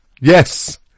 Yes